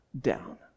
down